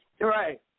Right